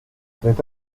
c’est